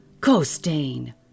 Costain